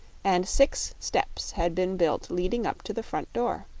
and six steps had been built leading up to the front door.